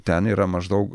ten yra maždaug